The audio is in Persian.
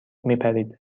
میپرید